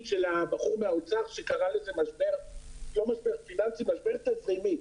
של הבחור מהאוצר שקרא לזה לא משבר פיננסי אלא "משבר תזרימי".